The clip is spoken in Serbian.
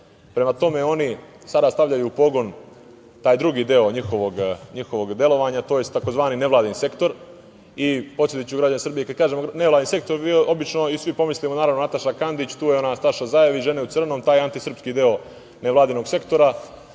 Prema tome, oni sada stavljaju u pogon taj drugi deo njihovog delovanja tzv. nevladin sektor i, podsetiću građane Srbije, kada kažemo nevladin sektor, obično mislimo na Natašu Kandić, tu je ona Staša Zajović, „Žene u crnom“, taj antisrpski deo nevladinog sektora,